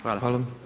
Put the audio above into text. Hvala.